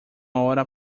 hora